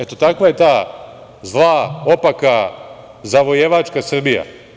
Eto takva je ta zla, opaka, zavojevačka Srbija.